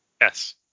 Yes